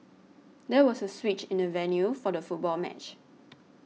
there was a switch in the venue for the football match